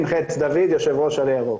אני יו"ר עלה ירוק.